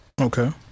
Okay